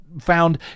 found